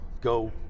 go